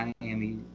Miami